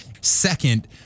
Second